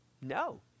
No